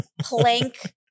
plank